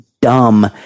dumb